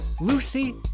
Lucy